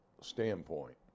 standpoint